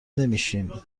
نمیشن